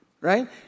Right